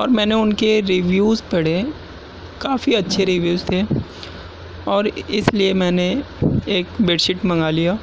اور میں نے ان کے ریویوز پڑھے کافی اچھے ریویوز تھے اور اس لئے میں نے ایک بیڈ شیٹ منگا لیا